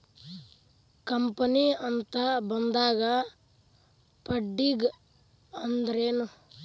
Company ಅಂತ ಬಂದಾಗ funding ಅಂದ್ರೆನು?